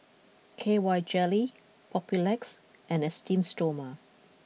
K Y Jelly Papulex and Esteem Stoma